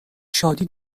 شادی